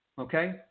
Okay